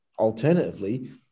alternatively